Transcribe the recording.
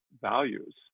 values